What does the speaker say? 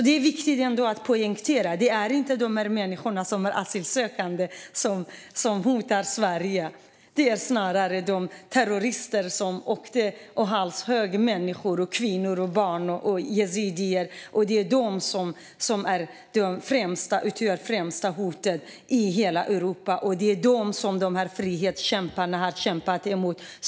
Det är viktigt att poängtera att det inte är de asylsökande människorna som hotar Sverige utan det är snarare de terrorister som åkte iväg och halshögg människor, kvinnor, barn och yazidier. De utgör det främsta hotet i hela Europa. Det är dessa som frihetskämparna har kämpat mot.